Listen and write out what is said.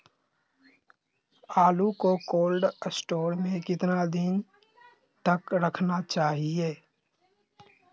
आलू को cold store में कितना दिन तक रखना चाहिए?